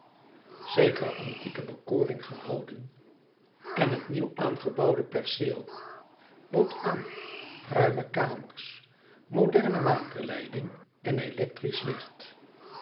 zekere antieke bekoring gehouden en het nieuw aangebouwde perceel bood aan ruime kamers moderne waterleiding en electrisch licht